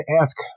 ask